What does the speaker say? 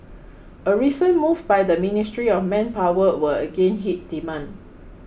a recent move by the Ministry of Manpower will again hit demand